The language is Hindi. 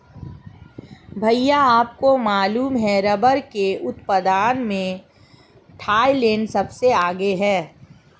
भैया आपको मालूम है रब्बर के उत्पादन में थाईलैंड सबसे आगे हैं